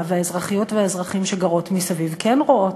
והאזרחיות והאזרחים שגרות מסביב כן רואות,